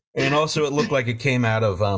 and also it looked like it came out of, um,